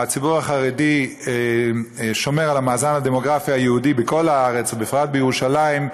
הציבור החרדי שומר על המאזן הדמוגרפי היהודי בכל הארץ ובפרט בירושלים,